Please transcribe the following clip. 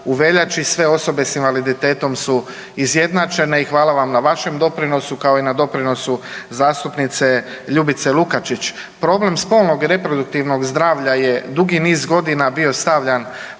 veljači sve osobe s invaliditetom su izjednačene i hvala vam na vašem doprinosu kao i na doprinosu zastupnice Ljubice Lukačić. Problem spolnog i reproduktivnog zdravlja je dugi niz godina bio stavljan